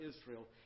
Israel